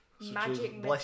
Magic